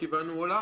הישיבה נעולה.